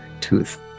tooth